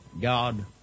God